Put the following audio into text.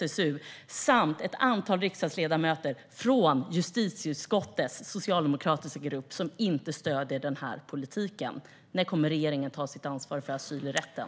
Jag ser också ett antal socialdemokratiska riksdagsledamöter i justitieutskottet som inte stöder denna politik. När kommer regeringen att ta sitt ansvar för asylrätten?